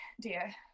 dear